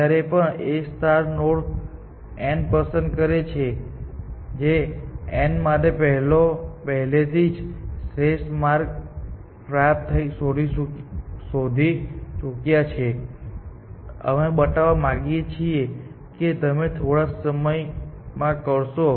જ્યારે પણ A node n પસંદ કરે છે જે n માટે પેહેલે થી જ શ્રેષ્ઠ માર્ગ પ્રાપ્ત શોધી ચુક્યા છે અમે બતાવવા માંગીએ છીએ કે તમે તે થોડા સમયમાં કરશો